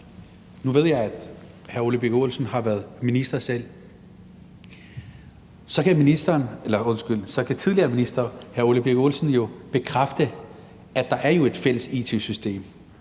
Nu ved jeg, at hr. Ole Birk Olesen selv har været minister. Så kan tidligere minister hr. Ole Birk Olesen jo bekræfte, at der er et fælles it-system,